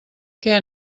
què